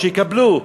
שיקבלו.